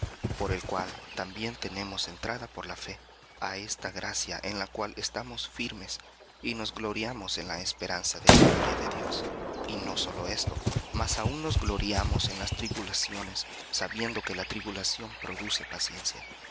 por el cual también tenemos entrada por la fe á esta gracia en la cual estamos y nos gloriamos en la esperanza de la gloria de dios y no sólo esto mas aun nos gloriamos en las tribulaciones sabiendo que la tribulación produce paciencia